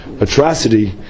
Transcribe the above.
atrocity